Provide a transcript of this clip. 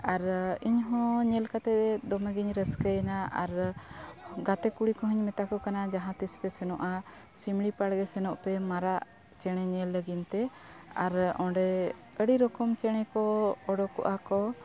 ᱟᱨ ᱤᱧᱦᱚᱸ ᱧᱮᱞ ᱠᱟᱛᱮ ᱫᱚᱢᱮᱜᱤᱧ ᱨᱟᱹᱥᱠᱟᱹᱭᱮᱱᱟ ᱟᱨ ᱜᱟᱛᱮ ᱠᱩᱲᱤ ᱠᱚᱦᱚᱧ ᱢᱮᱛᱟ ᱠᱚ ᱠᱟᱱᱟ ᱡᱟᱦᱟᱸ ᱛᱤᱥ ᱯᱮ ᱥᱮᱱᱚᱜᱼᱟ ᱥᱤᱢᱲᱤ ᱯᱟᱲ ᱜᱮ ᱥᱮᱱᱚᱜ ᱯᱮ ᱢᱟᱨᱟᱜ ᱪᱮᱬᱮ ᱧᱮᱞ ᱞᱟᱹᱜᱤᱫ ᱛᱮ ᱟᱨ ᱚᱸᱰᱮ ᱟᱹᱰᱤ ᱨᱚᱠᱚᱢ ᱪᱮᱬᱮ ᱠᱚ ᱚᱰᱳᱠᱚᱜᱼᱟᱠᱚ